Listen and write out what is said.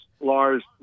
Lars